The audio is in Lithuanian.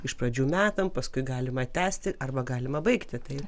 iš pradžių metam paskui galima tęsti arba galima baigti tai